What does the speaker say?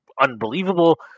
Unbelievable